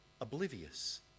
oblivious